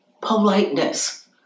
politeness